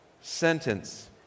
sentence